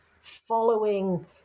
following